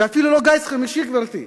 זה אפילו לא גיס חמישי, גברתי,